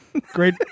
Great